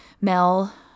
Mel